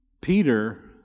Peter